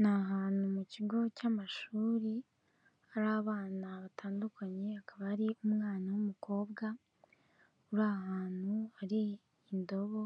Ni ahantutu mu kigo cy'amashuri, hari abana batandukanye, hakaba hari umwana w'umukobwa uri ahantu hari indobo